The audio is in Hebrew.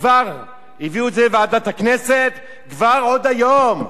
כבר הביאו את זה לוועדת הכנסת, כבר, עוד היום.